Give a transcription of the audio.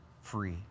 free